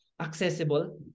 accessible